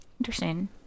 interesting